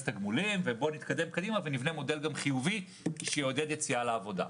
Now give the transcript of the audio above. תגמולים ובואו נתקדם קדימה ונבנה מודל חיובי שיעודד יציאה לעבודה.